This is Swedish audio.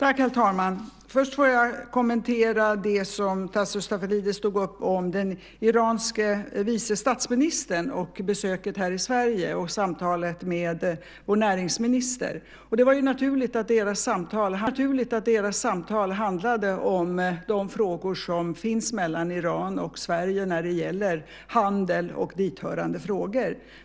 Herr talman! Först får jag kommentera det som Tasso Stafilidis tog upp om den iranske vice statsministern och besöket här i Sverige och samtalet med vår näringsminister. Det var naturligt att deras samtal handlade om de frågor som finns mellan Iran och Sverige när det gäller handel och tillhörande frågor.